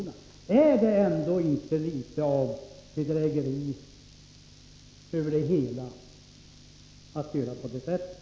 Är det ändå inte litet av bedrägeri att göra på det sättet?